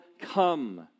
come